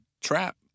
trap